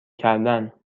کردن